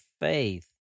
faith